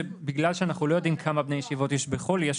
שבגלל שאנחנו לא יודעים כמה בני ישיבה יש בחוץ לארץ,